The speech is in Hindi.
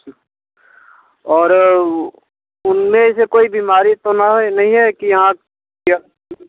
ठीक और उनमें से कोई बीमारी तो न है नहीं है कि हाँ